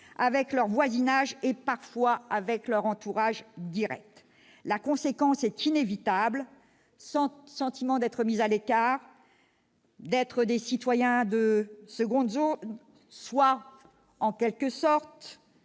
avec leur voisinage et parfois avec leur entourage direct. La conséquence est inévitable : sentiment d'être mis à l'écart, d'être des citoyens de seconde zone. En quelque sorte,